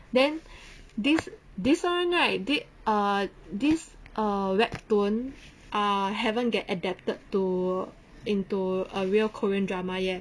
then this this [one] right this ah this ah web toon ah haven't get adapted to into a real korean drama yet